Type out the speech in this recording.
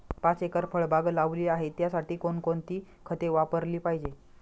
पाच एकर फळबाग लावली आहे, त्यासाठी कोणकोणती खते वापरली पाहिजे?